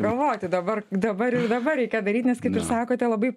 galvoti dabar dabar ir dabar reikia daryt nes ir sakote labai